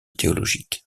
théologique